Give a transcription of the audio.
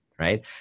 right